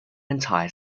entire